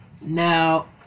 Now